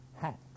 hat